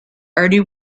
urdu